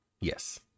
yes